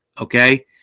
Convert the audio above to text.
Okay